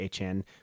HN